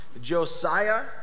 Josiah